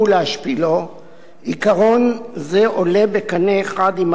עיקרון זה עולה בקנה אחד עם התפיסה החוקתית הרווחת.